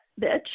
bitch